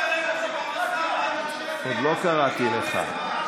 עוד לא קראתי לך.